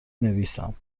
نویسم